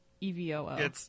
E-V-O-O